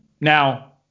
Now